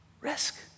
Risk